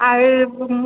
আর এরকম